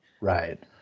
Right